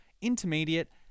Intermediate